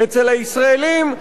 אצל הישראלים,